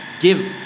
give